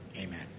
Amen